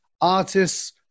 artists